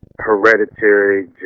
Hereditary